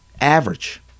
Average